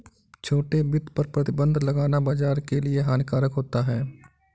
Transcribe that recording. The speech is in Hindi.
छोटे वित्त पर प्रतिबन्ध लगाना बाज़ार के लिए हानिकारक होता है